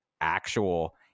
actual